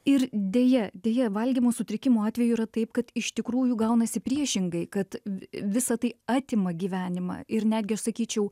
ir deja deja valgymo sutrikimų atveju yra taip kad iš tikrųjų gaunasi priešingai kad visa tai atima gyvenimą ir netgi aš sakyčiau